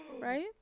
right